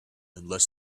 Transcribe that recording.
unless